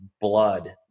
blood